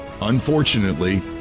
Unfortunately